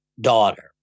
daughter